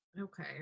okay